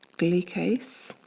glucose,